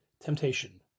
temptation